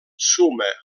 suma